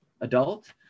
adult